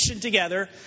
together